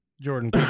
jordan